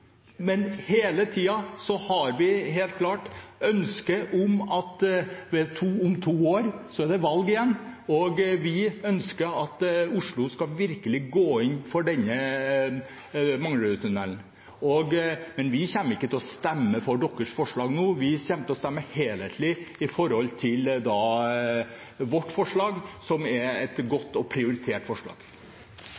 men hele tiden har vi et helt klart ønske. Om to år er det valg igjen, og vi ønsker at Oslo virkelig skal gå inn for denne Manglerudtunnelen. Men vi kommer ikke til å stemme for forslaget fra Fremskrittspartiet nå. Vi kommer til å stemme helhetlig for vårt forslag, som er et